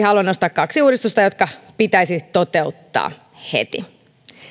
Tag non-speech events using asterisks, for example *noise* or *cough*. *unintelligible* haluan nostaa kaksi uudistusta jotka pitäisi toteuttaa heti